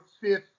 fifth